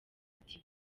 ati